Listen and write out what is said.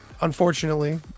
unfortunately